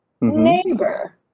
neighbor